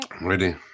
Ready